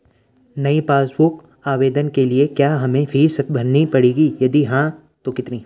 नयी passbook book आवेदन के लिए क्या हमें फीस भरनी पड़ेगी यदि हाँ तो कितनी?